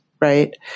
right